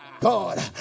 God